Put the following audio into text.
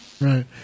Right